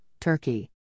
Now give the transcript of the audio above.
Turkey